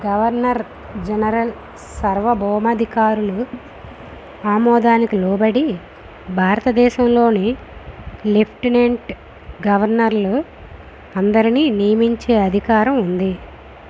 governor general సార్వభౌమాధికారుల ఆమోదానికి లోబడి భారతదేశంలోని లెఫ్టినెంట్ గవర్నర్లు అందరిని నియమించే అధికారం ఉంది